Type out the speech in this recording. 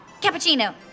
cappuccino